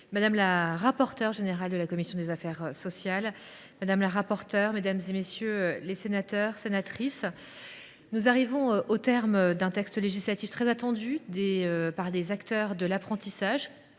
madame la rapporteure générale de la commission des affaires sociales, madame la rapporteure, mesdames, messieurs les sénateurs, nous voici au terme de l’examen d’un texte législatif très attendu, tant des acteurs de l’apprentissage